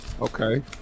Okay